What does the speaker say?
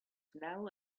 now